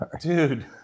Dude